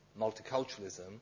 multiculturalism